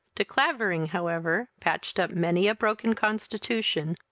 de clavering, however, patched up many a broken constitution.